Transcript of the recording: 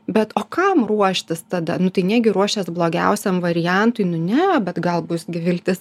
bet o kam ruoštis tada nu tai negi ruošiesi blogiausiam variantui nu ne bet gal bus gi viltis